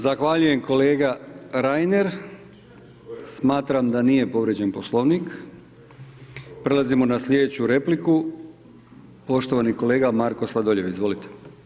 Zahvaljujem kolega Reiner, smatram da nije povrijeđen poslovnik, prelazimo na sljedeću repliku, poštovani kolega Marko Sladoljev, izvolite.